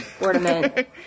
ornament